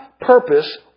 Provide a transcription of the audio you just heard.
purpose